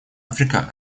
африка